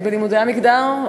בלימודי המגדר,